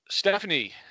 Stephanie